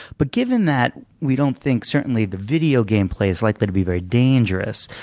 but given that we don't think certainly the video game play is likely to be very dangerous,